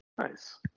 Nice